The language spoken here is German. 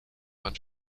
man